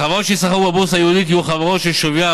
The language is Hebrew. החברות שייסחרו בבורסה הייעודית יהיו חברות ששוויין